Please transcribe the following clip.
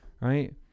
right